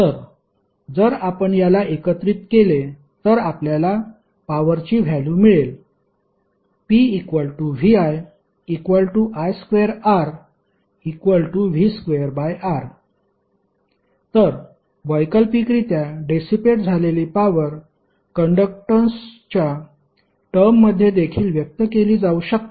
तर जर आपण याला एकत्रित केले तर आपल्याला पॉवरची व्हॅल्यु मिळेल pvii2Rv2R तर वैकल्पिकरित्या डेसीपेट झालेली पॉवर कंडक्टन्सच्या टर्ममध्ये देखील व्यक्त केली जाऊ शकते